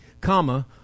Comma